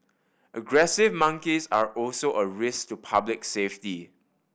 aggressive monkeys are also a risk to public safety